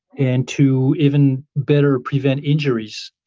and to even better prevent injuries.